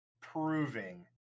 proving